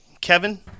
Kevin